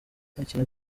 ikintu